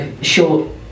short